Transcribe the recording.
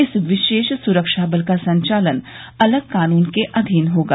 इस विशेष सुरक्षा बल का संचालन अलग कानून के अधीन होगा